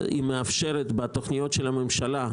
היא מאפשרת בתוכניות של ממשלה,